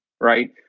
Right